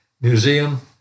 museum